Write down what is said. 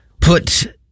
put